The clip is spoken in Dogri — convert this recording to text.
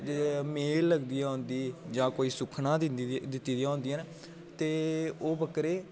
मेल लगदी ऐ उं'दी जां कोई सुक्खना दित्ती दियां होन्दियां न ते ओह् बक्करे